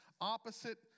Opposite